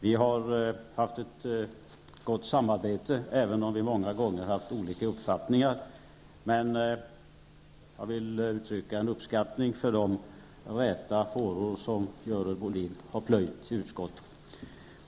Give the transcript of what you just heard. Vi har haft ett gott samarbete, även om vi många gånger har haft olika uppfattningar. Jag vill uttrycka en uppskattning för de räta fåror som Görel Bohlin har plöjt i utskottet.